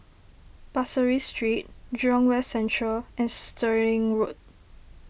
Pasir Ris Street Jurong West Central and Stirling Road